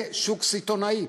זה שוק סיטונאי.